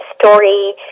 story